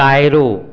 Cairo